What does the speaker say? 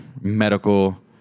medical